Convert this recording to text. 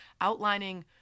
outlining